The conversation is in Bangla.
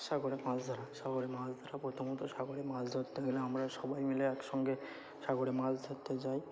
সাগরে মাছ ধরা সাগরে মাছ ধরা প্রথমত সাগরে মাছ ধরতে গেলে আমরা সবাই মিলে একসঙ্গে সাগরে মাছ ধরতে যাই